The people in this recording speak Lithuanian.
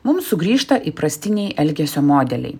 mums sugrįžta įprastiniai elgesio modeliai